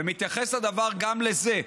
ומתייחס הדבר גם לזה.